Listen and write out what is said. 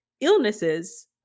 illnesses